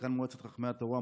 זקן מועצת חכמי התורה,